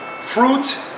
Fruit